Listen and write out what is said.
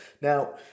Now